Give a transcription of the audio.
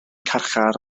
carchar